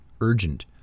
urgent